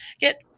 get